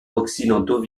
occidentaux